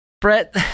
Brett